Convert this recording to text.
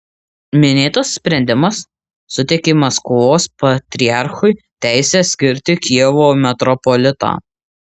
minėtas sprendimas suteikė maskvos patriarchui teisę skirti kijevo metropolitą